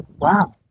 wow